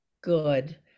Good